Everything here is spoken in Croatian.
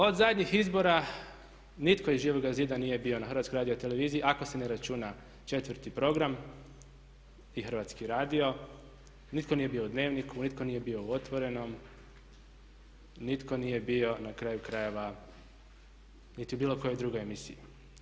Od zadnjih izbora nitko iz Živoga zida nije bio na HRT-u ako se ne računa 4 program i Hrvatski radio, nitko nije bio u Dnevniku, nitko nije bio u Otvorenom, nitko nije bio na kraju krajeva niti u bilo kojoj drugoj emisiji.